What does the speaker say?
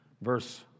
verse